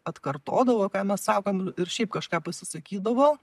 atkartodavo ką mes sakom ir šiaip kažką pasisakydavo